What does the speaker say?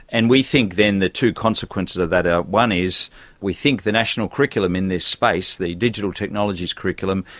and we think then the two consequences of that are, one is we think the national curriculum in this space, the digital technologies curriculum,